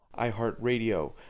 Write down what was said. iHeartRadio